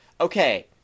Okay